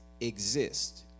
exist